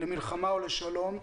למלחמה או לשלום.